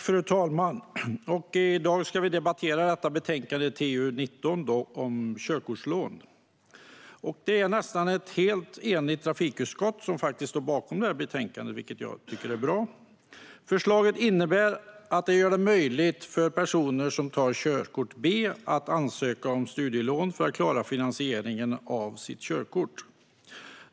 Fru talman! I dag debatterar vi betänkande TU19 om körkortslån. Det är faktiskt ett nästan helt enigt trafikutskott som står bakom betänkandet, vilket jag tycker är bra. Förslaget innebär att det blir möjligt för personer som tar körkort B att ansöka om studielån för att klara finansieringen av sitt körkort.